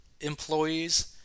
employees